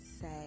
say